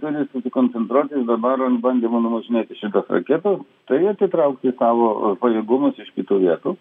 turi susikoncentruoti dabar an bandymo numušinėti šitas raketas tai atitraukti savo pajėgumus iš kitų vietų